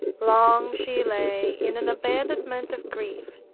long she lay in an abandonment of grief,